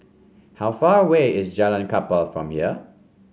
how far away is Jalan Kapal from here